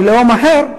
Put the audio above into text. מלאום אחר,